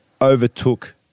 overtook –